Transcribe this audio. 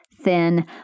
Thin